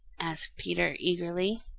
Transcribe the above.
asked peter eagerly.